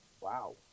Wow